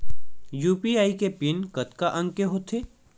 UPI के PIN कतका अंक के होथे?